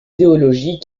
idéologie